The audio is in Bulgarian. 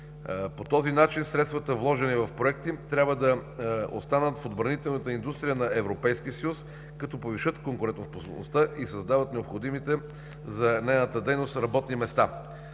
По този начин средствата, вложени в проекти, трябва да останат в отбранителната индустрия на Европейския съюз, като повишат конкурентоспособността и създават необходимите за нейната дейност работни места.